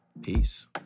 Peace